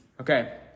Okay